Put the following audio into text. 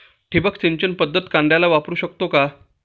ठिबक सिंचन पद्धत कांद्याला वापरू शकते का?